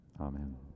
Amen